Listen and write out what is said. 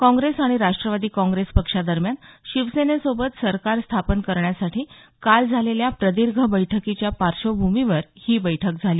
काँग्रेस आणि राष्ट्रवादी काँग्रेस पक्षा दरम्यान शिवसेनेसोबत सरकार स्थापन करण्यासाठी काल झालेल्या प्रदीर्घ बैठकीच्या पार्श्वभूमीवर ही बैठक झाली